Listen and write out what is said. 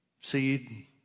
seed